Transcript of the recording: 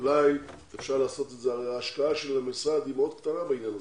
אולי אפשר לעשות את זה בהשקעה של המשרד בעניין הזה,